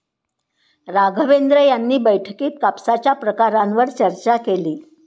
राघवेंद्र यांनी बैठकीत कापसाच्या प्रकारांवर चर्चा केली